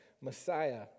Messiah